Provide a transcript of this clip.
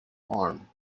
arm